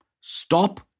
Stop